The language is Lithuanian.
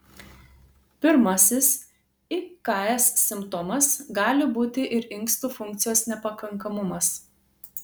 pirmasis iks simptomas gali būti ir inkstų funkcijos nepakankamumas